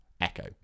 echo